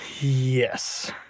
Yes